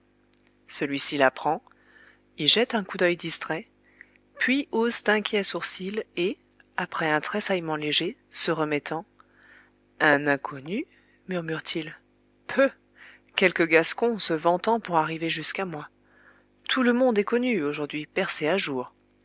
celui-ci la prend y jette un coup d'œil distrait puis hausse d'inquiets sourcils et après un tressaillement léger se remettant un inconnu murmure t il peuh quelque gascon se vantant pour arriver jusqu'à moi tout le monde est connu aujourd'hui percé à jour